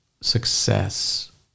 success